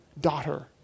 daughter